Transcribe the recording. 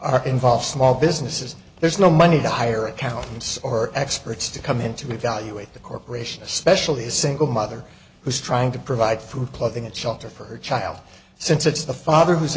are involve small businesses there's no money to hire accountants or experts to come in to evaluate the corporation especially a single mother who's trying to provide food clothing and shelter for her child since it's the father who's